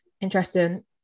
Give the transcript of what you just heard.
interesting